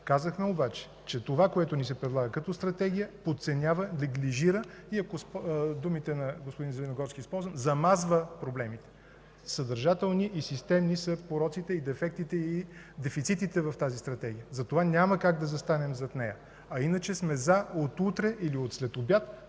Казахме обаче, че това, което ни се предлага като Стратегия, подценява, неглижира, и ако използвам думите на господин Зеленогорски – замазва проблемите. Съдържателни и системни са пороците, дефектите и дефицитите в тази Стратегия. Затова няма как да застанем зад нея. Иначе сме „за” от утре или от следобед